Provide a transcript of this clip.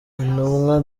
intumwa